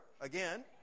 again